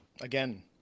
Again